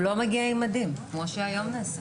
הוא לא מגיע עם מדים, כמו שהיום נעשה.